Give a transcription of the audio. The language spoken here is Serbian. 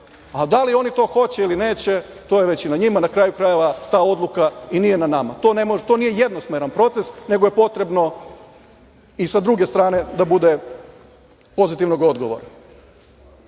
a da li oni to hoće ili neće, to je već i na njima. Na kraju krajeva, ta odluka i nije na nama. To nije jednosmeran proces, nego je potrebno i sa druge strane da bude pozitivnog odgovora. Izuzetno